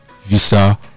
Visa